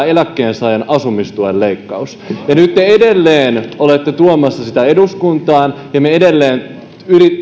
eläkkeensaajan asumistuen leikkauksen ja nyt tässä esityksessä te edelleen olette tuomassa sitä eduskuntaan ja me edelleen